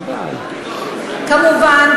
כמובן,